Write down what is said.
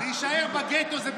להישאר בגטו זה בסדר?